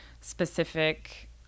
specific